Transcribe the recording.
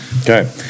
okay